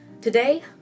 Today